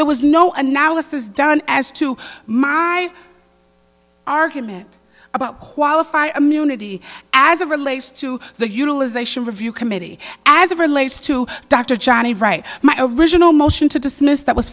there was no analysis done as to my argument about qualify and unity as it relates to the utilization review committee as it relates to dr johnny bright my of original motion to dismiss that was